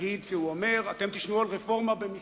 נגיד כשהוא אומר: אתם תשמעו על רפורמה במסים.